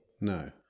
No